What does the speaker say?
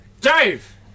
Dave